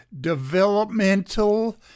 developmental